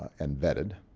and vetted.